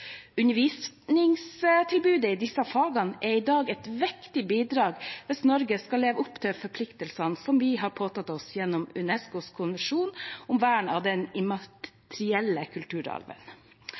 Undervisningstilbudet i disse fagene er i dag et viktig bidrag hvis Norge skal leve opp til forpliktelsene som vi har påtatt oss gjennom UNESCOs konvensjon om vern av den